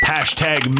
Hashtag